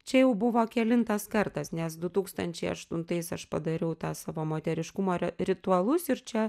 čia jau buvo kelintas kartas nes du tūkstančiai aštuntais aš padariau tą savo moteriškumo ritualus ir čia